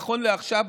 נכון לעכשיו,